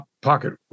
pocket